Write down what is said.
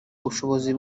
bushobozi